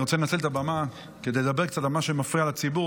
אני רוצה לנצל את הבמה כדי לדבר קצת על מה שמפריע לציבור.